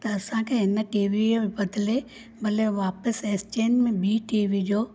त असांखे हिन टीवीअ बदिले भले वापिसि एक्चेंज में ॿी टीवी ॾेयो